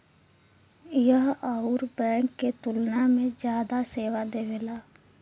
यह अउर बैंक के तुलना में जादा सेवा देवेला